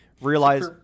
realize